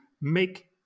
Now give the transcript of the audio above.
make